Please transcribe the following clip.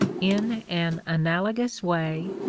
in an analogous way,